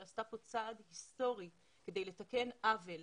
שעשתה פה צעד היסטורי כדי לתקן עוול,